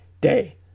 day